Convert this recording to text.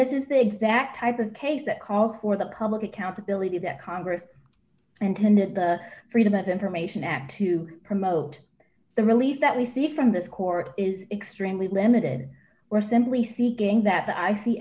this is the exact type of case that calls for the public accountability that congress and the freedom of information act to promote the relief that we see from this court is extremely limited were simply seeking th